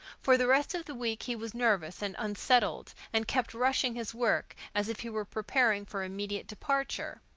for the rest of the week he was nervous and unsettled, and kept rushing his work as if he were preparing for immediate departure.